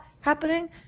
happening